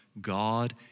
God